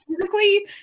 physically